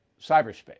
cyberspace